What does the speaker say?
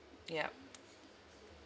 yup